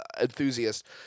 enthusiast